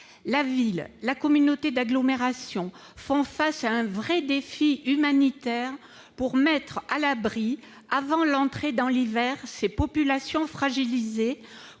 La ville et la communauté d'agglomération font face à un vrai défi humanitaire : il faut mettre à l'abri avant l'entrée dans l'hiver ces populations fragilisées,